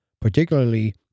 particularly